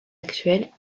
actuelles